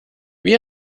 wie